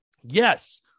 yes